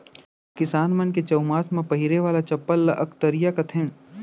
किसान मन के चउमास म पहिरे वाला चप्पल ल अकतरिया कथें